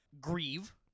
Grieve